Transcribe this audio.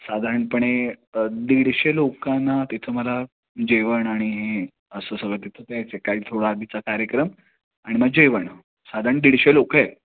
साधारणपणे दीडशे लोकांना तिथं मला जेवण आणि हे असं सगळं तिथं द्यायचं आहे काही थोडा आधीचा कार्यक्रम आणि मग जेवण साधारण दीडशे लोकं आहे